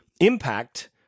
impact